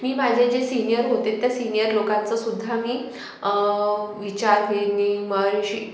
मी माझे जे सिनियर होते त्या सिनियर लोकांचंसुद्धा मी विचारविनिमय